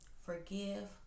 forgive